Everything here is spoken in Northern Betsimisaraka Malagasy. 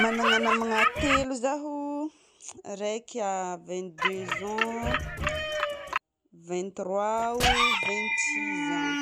Magnana namana telo zaho, raika vingt-deux ans, vingt-trois ao, vingt-six ans.